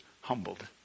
humbled